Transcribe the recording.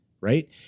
right